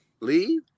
leave